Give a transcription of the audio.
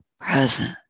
present